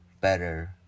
better